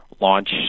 launch